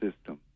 system